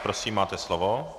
Prosím, máte slovo.